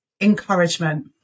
encouragement